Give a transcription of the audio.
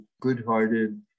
good-hearted